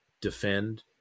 defend